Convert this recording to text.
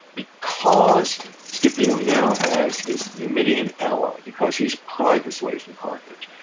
because scipio now has his numidian ally, because he's pried this away from carthage,